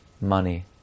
money